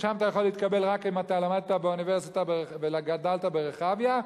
ששם אתה יכול להתקבל רק אם למדת באוניברסיטה וגדלת ברחביה,